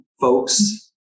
folks